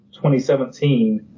2017